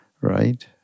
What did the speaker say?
right